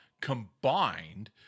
combined